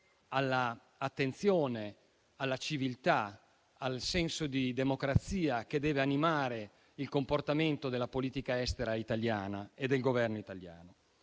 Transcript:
all'attenzione alla civiltà, al senso di democrazia che deve animare il comportamento della politica estera italiana e del Governo italiano.